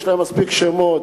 יש להם מספיק שמות,